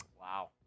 Wow